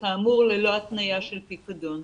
וכאמור ללא התניה של פיקדון.